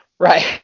Right